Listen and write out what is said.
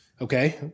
Okay